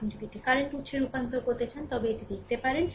আপনি যদি এটি কারেন্ট উত্সে রূপান্তর করতে চান তবে পরে এটি দেখতে পাবেন